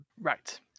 Right